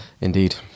Indeed